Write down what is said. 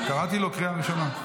קראתי אותו קריאה ראשונה.